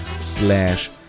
slash